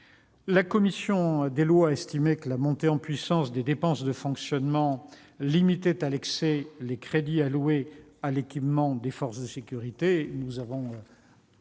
La commission des lois a estimé que la montée en puissance des dépenses de fonctionnement limitait à l'excès les crédits alloués à l'équipement des forces de sécurité ; le